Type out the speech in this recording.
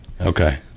Okay